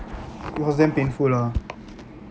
it was damn painful ah